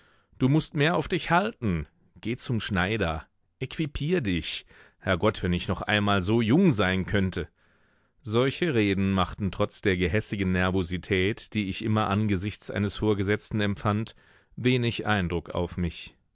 du mußt mehr auf dich halten geh zum schneider equipier dich herrgott wenn ich noch einmal so jung sein könnte solche reden machten trotz der gehässigen nervosität die ich immer angesichts eines vorgesetzten empfand wenig eindruck auf mich